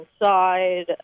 inside